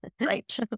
Right